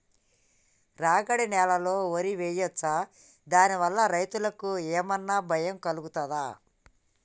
రాగడి నేలలో వరి వేయచ్చా దాని వల్ల రైతులకు ఏమన్నా భయం కలుగుతదా?